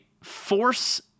Force